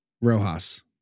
Rojas